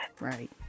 right